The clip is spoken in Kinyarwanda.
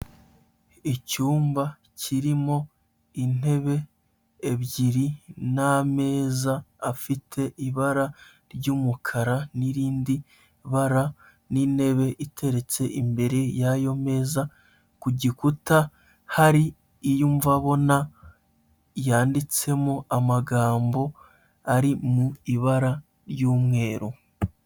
Icyumba kirimo intebe ebyiri n'ameza afite ibara ry'umukara n'irindi bara n'intebe iteretse imbere yayo meza, ku gikuta hari iyumvabona yanditsemo amagambo ari mu ibara ry'umweru.